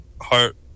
heart